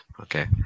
Okay